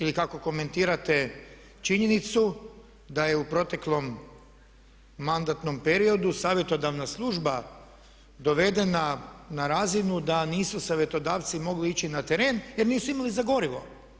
Ili kako komentirate činjenicu da je u proteklom mandatnom periodu savjetodavna služba dovedena na razinu da nisu savjetodavci mogli ići na teren jer nisu imali za gorivo?